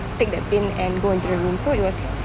take that pin and go into the room so it was